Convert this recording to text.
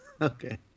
Okay